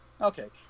Okay